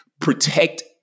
protect